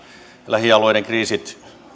lähialueiden kriisit